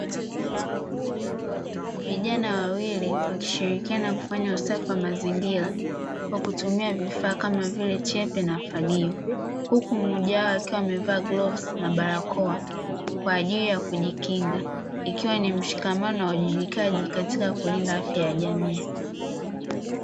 Vijana wawili wakishirikiana kufanya usafi wa mazingira kwa kutumia vifaa kama vile chepe na fagio, huku mmojawao akiwa amevaa glovzi na barakoa kwa ajili ya kujikinga. Ikiwa ni mshikamano wa uwajibikaji katika kulinda afya ya jamii.